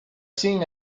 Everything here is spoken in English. seeing